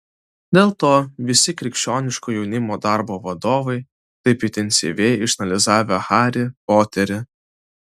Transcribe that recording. dėl to visi krikščioniško jaunimo darbo vadovai taip intensyviai išsianalizavę harį poterį